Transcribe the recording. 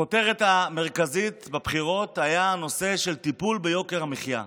הכותרת המרכזית בבחירות הייתה הנושא של טיפול ביוקר המחיה.